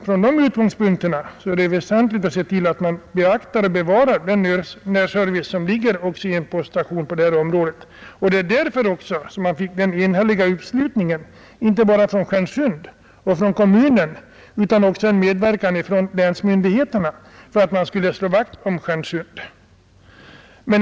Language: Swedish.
Från dessa utgångspunkter är det väsentligt att den service som en poststation ger kan upprätthållas. Det var också anledningen till att vi fick inte bara en enhällig uppslutning från Stjärnsundsborna och från kommunen utan även stöd från länsmyndigheterna bakom kravet på att poststationen i Stjärnsund skulle bevaras.